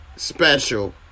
special